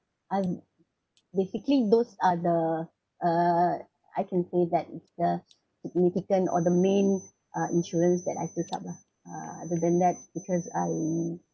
and basically those are the (uh)I can say that it's the security or the main uh insurance that I take up lah uh other than that because I